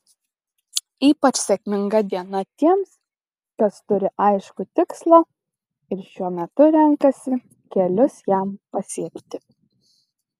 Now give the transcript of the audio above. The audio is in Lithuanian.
ypač sėkminga diena tiems kas turi aiškų tikslą ir šiuo metu renkasi kelius jam pasiekti